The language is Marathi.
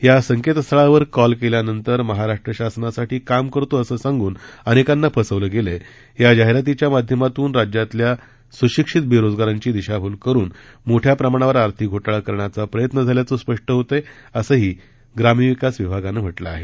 या संकेतस्थळावर कॉल केल्यानंतर महाराष्ट्र शासनासाठी काम करतो असं सांगून अनेकांना फसवलं गेलय या जाहिरातीच्या माध्यमातून राज्यातल्या सुशिक्षित बेरोजगारांची दिशाभूल करुन मोठ्या प्रमाणावर आर्थिक घोटाळा करण्याचा प्रयत्न झाल्याचं स्पष्ट होत आहे असंही ग्रामविकास विभागानं म्हा ठां आहे